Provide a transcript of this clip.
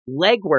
legwork